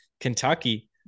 Kentucky